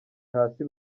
hasi